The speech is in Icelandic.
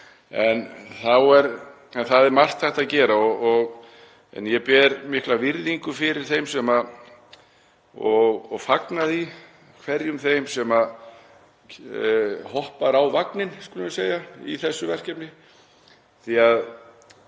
en það er margt hægt að gera. Ég ber mikla virðingu fyrir og fagna hverjum þeim sem hoppa á vagninn, skulum við segja, í þessu verkefni því að